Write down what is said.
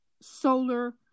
solar